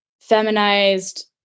feminized